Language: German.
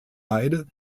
hyde